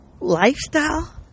lifestyle